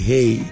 Hey